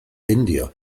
india